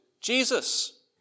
Jesus